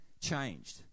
changed